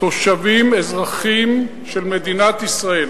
תושבים אזרחים של מדינת ישראל